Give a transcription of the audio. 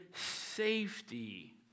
safety